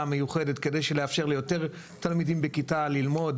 מיוחדת כדי לאפשר ליותר תלמידים בכיתה ללמוד,